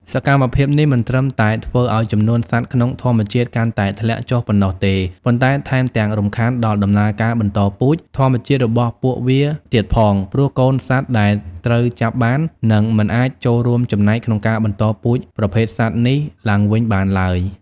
សកម្មភាពនេះមិនត្រឹមតែធ្វើឲ្យ ចំនួនសត្វក្នុងធម្មជាតិកាន់តែធ្លាក់ចុះប៉ុណ្ណោះទេ ប៉ុន្តែថែមទាំងរំខានដល់ដំណើរការបន្តពូជ ធម្មជាតិរបស់ពួកវាទៀតផង ព្រោះកូនសត្វដែលត្រូវចាប់បាននឹងមិនអាចចូលរួមចំណែកក្នុងការបន្តពូជប្រភេទសត្វនេះឡើងវិញបានឡើយ។